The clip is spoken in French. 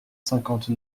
cinquante